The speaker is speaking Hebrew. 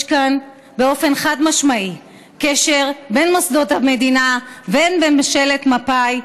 יש כאן באופן חד-משמעי קשר בין מוסדות המדינה ובין ממשלת מפא"י,